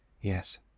Yes